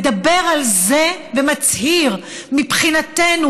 מדבר על זה ומצהיר: מבחינתנו,